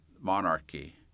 monarchy